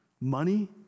Money